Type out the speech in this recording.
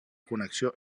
connexió